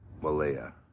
Malaya